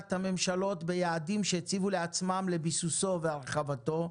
הממשלות ביעדים שהציבו לעצמם לביסוסו והרחבתו,